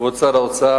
כבוד שר האוצר,